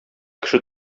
кеше